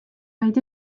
vaid